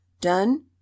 Done